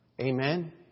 Amen